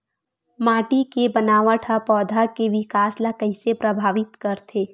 माटी के बनावट हा पौधा के विकास ला कइसे प्रभावित करथे?